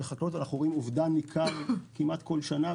ואנחנו רואים אובדן ניכר בחקלאות כמעט כל שנה.